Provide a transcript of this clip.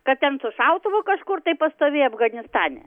kad ten su šautuvu kažkur tai pastovėjo afganistane